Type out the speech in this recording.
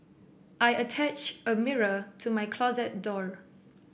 I attached a mirror to my closet door